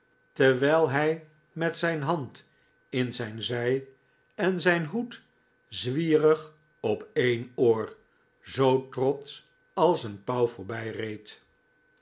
terwijl hij met zijn hand in zijn zij en zijn hoed zwierig op een oor zoo trotsch als een pauw